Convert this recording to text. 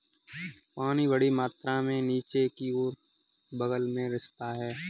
पानी बड़ी मात्रा में नीचे की ओर और बग़ल में रिसता है